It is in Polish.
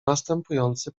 następujący